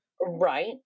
Right